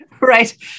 Right